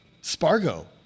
Spargo